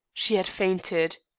she had fainted.